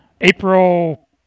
April